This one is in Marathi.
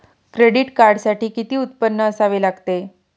क्रेडिट कार्डसाठी किती उत्पन्न असावे लागते?